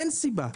אין סיבה.